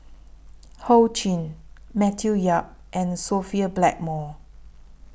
Ho Ching Matthew Yap and Sophia Blackmore